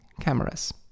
cameras